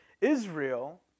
Israel